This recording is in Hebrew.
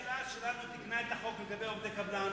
הממשלה שלנו תיקנה את החוק לגבי עובדי קבלן